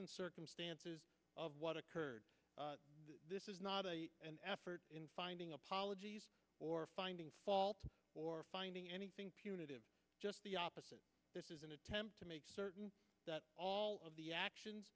and circumstances of what occurred this is not an effort in finding apologies or finding fault or finding anything punitive just the opposite this is an attempt to make certain that all of the actions